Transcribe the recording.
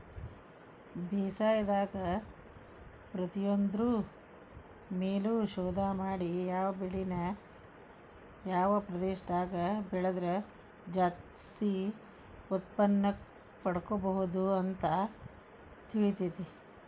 ಬೇಸಾಯದಾಗ ಪ್ರತಿಯೊಂದ್ರು ಮೇಲು ಶೋಧ ಮಾಡಿ ಯಾವ ಬೆಳಿನ ಯಾವ ಪ್ರದೇಶದಾಗ ಬೆಳದ್ರ ಜಾಸ್ತಿ ಉತ್ಪನ್ನಪಡ್ಕೋಬೋದು ಅಂತ ತಿಳಿತೇತಿ